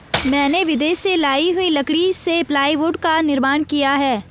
मैंने विदेश से लाई हुई लकड़ी से प्लाईवुड का निर्माण किया है